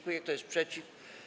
Kto jest przeciw?